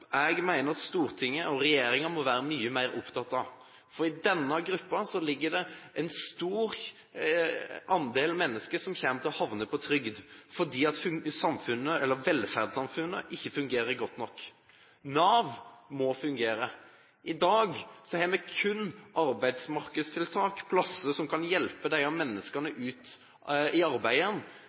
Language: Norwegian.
det en stor andel mennesker som kommer til å havne på trygd fordi velferdssamfunnet ikke fungerer godt nok. Nav må fungere. I dag har vi kun arbeidsmarkedstiltak, plasser som kan hjelpe disse menneskene ut i